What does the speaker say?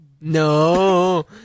No